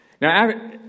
Now